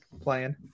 playing